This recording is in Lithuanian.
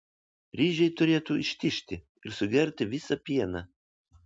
ryžiai turėtų ištižti ir sugerti visą pieną